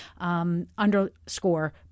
underscore